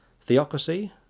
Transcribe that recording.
theocracy